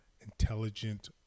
intelligent